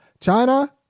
China